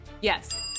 Yes